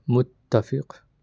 متفق